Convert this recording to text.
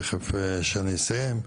תיכף שאני אסיים,